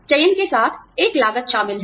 चयन के साथ एक लागत शामिल है